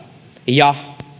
ja